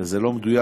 וזה לא מדויק,